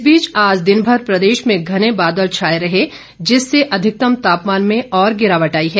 इस बीच आज दिनभर प्रदेश में घने बादल छाए रहे जिससे अधिकतम तापमान में और गिरावट आई है